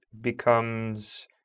becomes